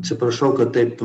atsiprašau kad taip